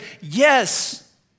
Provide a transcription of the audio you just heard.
yes